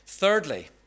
Thirdly